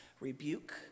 rebuke